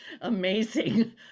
amazing